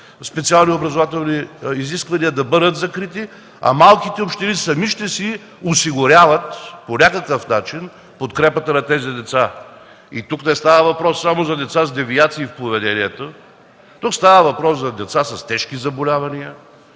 специални образователни изисквания, да бъдат закрити, а малките общини сами ще си осигуряват по някакъв начин подкрепата на тези деца? Тук не става въпрос само за деца с девиации в поведението, става въпрос за деца с тежки заболявания,